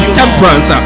temperance